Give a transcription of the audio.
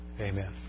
Amen